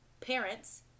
parents